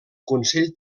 consell